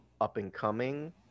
up-and-coming